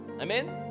Amen